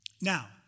Now